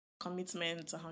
commitment